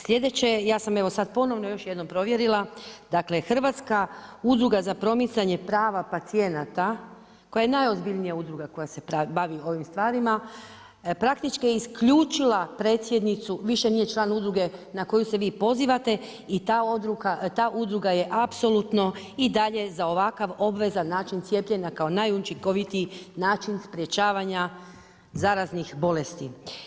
Sljedeće ja sam evo sad ponovno još jednom provjerila, dakle Hrvatska udruga za promicanje prava pacijenata koja je najozbiljnija udruga koja se bavi ovim stvarima praktički je isključila predsjednicu, više nije član udruge na koju se vi pozivate i ta udruga je apsolutno i dalje za ovakav obvezan način cijepljenja kao najučinkovitiji način sprječavanja zaraznih bolesti.